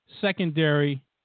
secondary